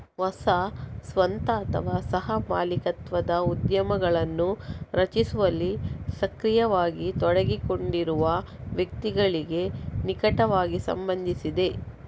ಹೊಸ ಸ್ವಂತ ಅಥವಾ ಸಹ ಮಾಲೀಕತ್ವದ ಉದ್ಯಮಗಳನ್ನು ರಚಿಸುವಲ್ಲಿ ಸಕ್ರಿಯವಾಗಿ ತೊಡಗಿಸಿಕೊಂಡಿರುವ ವ್ಯಕ್ತಿಗಳಿಗೆ ನಿಕಟವಾಗಿ ಸಂಬಂಧಿಸಿದೆ